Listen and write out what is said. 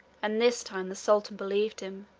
and this time the sultan believed him,